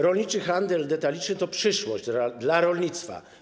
Rolniczy handel detaliczny to przyszłość rolnictwa.